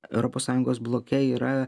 europos sąjungos bloke yra